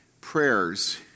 prayers